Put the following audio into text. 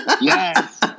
Yes